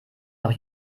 noch